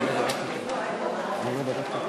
ההצעה להעביר את הצעת חוק